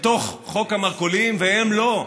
לתוך חוק המרכולים, והם, לא,